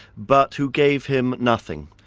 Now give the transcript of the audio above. but who gave him nothing.